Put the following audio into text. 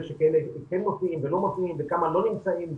שכן מופיעים ולא מופיעים וכמה לא נמצאים,